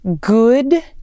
good